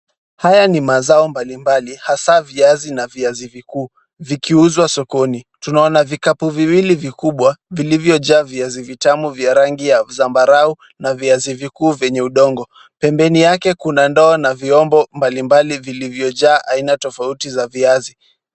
Haya ni mazao mbalimbali hasa viazi na viazi vikuu, vikiuzwa sokoni. Tunaona vikapu viwili vikubwa vilivyojaa viazi vitamu vya rangi ya zambarau na viazi vikuu venye udongo, pembeni yake kuna ndoo na vyombo mbalimbali vilivyojaa aina tofauti za viazi.